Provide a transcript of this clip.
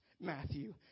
Matthew